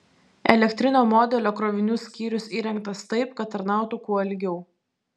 elektrinio modelio krovinių skyrius įrengtas taip kad tarnautų kuo ilgiau